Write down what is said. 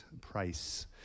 price